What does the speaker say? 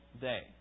day